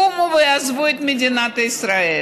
יקומו ויעזבו את מדינת ישראל,